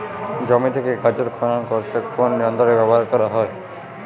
জমি থেকে গাজর খনন করতে কোন যন্ত্রটি ব্যবহার করা হয়?